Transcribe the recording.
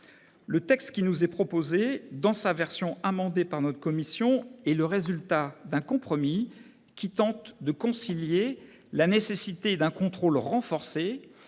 Le texte qui nous est proposé, dans sa version amendée par notre commission, est le résultat d'un compromis qui tente de concilier la nécessité d'un contrôle renforcé